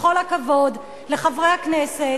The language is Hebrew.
בכל הכבוד לחברי הכנסת